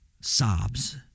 sobs